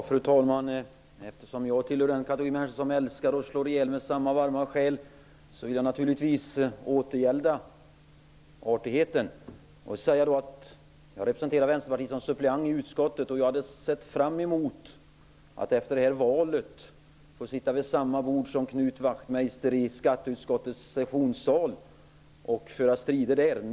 Fru talman! Eftersom jag tillhör den kategori människor som älskar och slår ihjäl med samma varma själ, vill jag naturligtvis återgälda artigheten. Jag representerar Vänsterpartiet som suppleant i utskottet, och jag hade sett fram emot att efter det här valet få sitta vid samma bord som Knut Wachtmeister i skatteutskottets sessionssal och föra strider där.